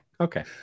Okay